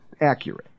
accurate